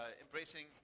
embracing